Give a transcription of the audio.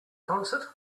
concert